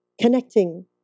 connecting